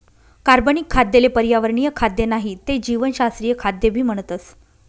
कार्बनिक खाद्य ले पर्यावरणीय खाद्य नाही ते जीवशास्त्रीय खाद्य भी म्हणतस